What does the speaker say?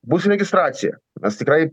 bus registracija mes tikrai